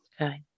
Okay